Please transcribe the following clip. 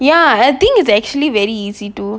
ya that thing is actually very easy to